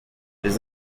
les